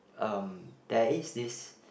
um there is this